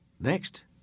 next